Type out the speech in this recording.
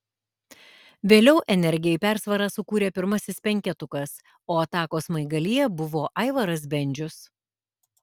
vėliau energijai persvarą sukūrė pirmasis penketukas o atakos smaigalyje buvo aivaras bendžius